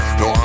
no